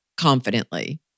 confidently